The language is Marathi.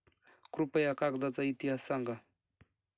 कृपया कागदाचा इतिहास सांगा